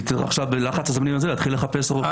יצטרכו עכשיו בלחץ להתחיל לחפש עורך